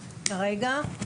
כרגע?